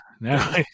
Now